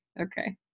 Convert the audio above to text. Okay